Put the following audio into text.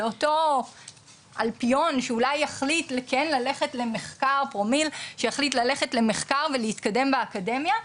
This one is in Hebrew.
לאותו אלפיון שאולי יחליט כן ללכת למחקר ולהתקדם באקדמיה,